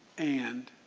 and